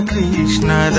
Krishna